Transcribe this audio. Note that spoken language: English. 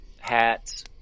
hats